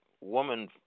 woman